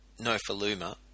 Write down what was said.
Nofaluma